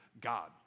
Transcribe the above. God